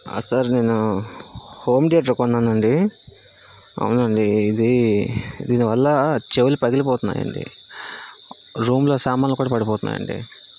sir నేను home theatre కొన్నానండి అవునండి ఇది దీని వల్ల చెవులు పగిలిపోతున్నాయి అండి రూంలో సామానులు కూడా పడిపోతున్నాయి అండి